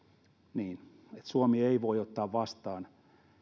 niin eli suomi ei voi ottaa vastaan